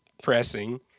Pressing